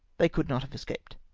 they could not have escaped.